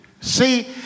See